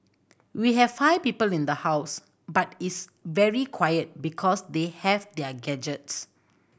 we have five people in the house but it's very quiet because they have their gadgets